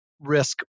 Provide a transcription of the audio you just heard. risk